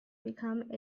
become